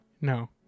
No